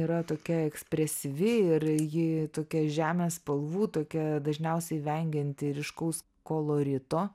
yra tokia ekspresyvi ir ji tokia žemės spalvų tokia dažniausiai vengianti ryškaus kolorito